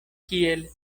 kiel